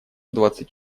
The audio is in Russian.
двадцать